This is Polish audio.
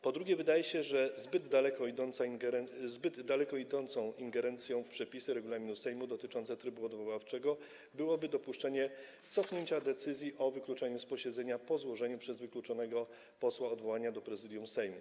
Po drugie, wydaje się, że zbyt daleko idącą ingerencją w przepisy regulaminu Sejmu dotyczące trybu odwoławczego byłoby dopuszczenie cofnięcia decyzji o wykluczeniu z posiedzenia po złożeniu przez wykluczonego posła odwołania do Prezydium Sejmu.